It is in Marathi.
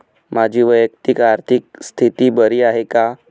माझी वैयक्तिक आर्थिक स्थिती बरी आहे का?